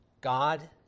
God